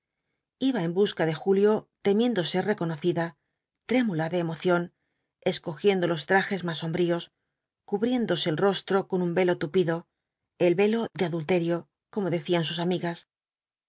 iba en busca de julio temiendo ser reconocida trémula de emoción escogiendo los trajes más sombríos cubriéndose el rostro con un v blasco ibáñbz velo tupido el velo de adulterio como decían sus amigas